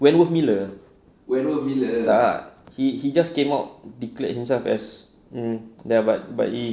wentworth miller tak he he just came out declared himself as mm ya but but he